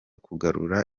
kugarura